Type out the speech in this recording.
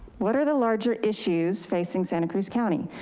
what are the larger issues facing santa cruz county?